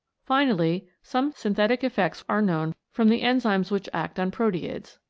finally some synthetic effects are known from the enzyme which act on proteids.